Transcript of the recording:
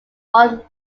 one